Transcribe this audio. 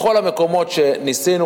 בכל המקומות שניסינו,